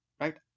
right